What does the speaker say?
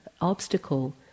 obstacle